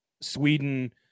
Sweden